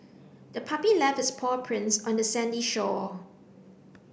the puppy left its paw prints on the sandy shore